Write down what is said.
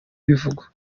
bivugwa